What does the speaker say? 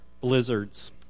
blizzards